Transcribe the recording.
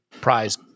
prize